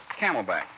Camelback